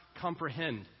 comprehend